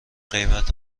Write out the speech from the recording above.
قیمت